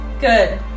Good